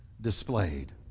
displayed